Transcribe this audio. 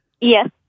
Yes